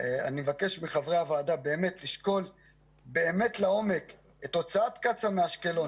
אני מבקש מחברי הוועדה לשקול לעומק את הוצאת קצא"א מאשקלון.